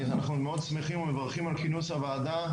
אנחנו מאוד שמחים ומברכים על כינוס הוועדה,